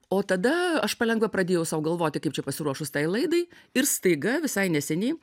o tada aš palengva pradėjau sau galvoti kaip čia pasiruošus tai laidai ir staiga visai neseniai